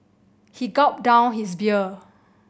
he gulped down his beer